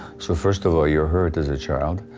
so first of all you're hurt as a child,